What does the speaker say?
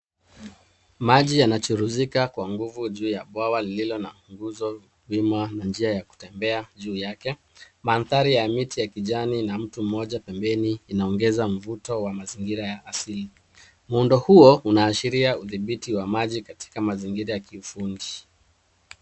Maji Yana chururizika Kwa nguvu juu ya bwawa Lililo na nguzo wima na njia ya kutembea juu yake mandhari ya kijani ina mtu mmoja pempeni inaongeza mvuto wa mazingira ya asili. Muundo huo unaashiria udhibithi wa maji katika mazingira ya kiufundi.